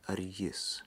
ar jis